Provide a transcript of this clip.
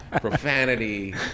profanity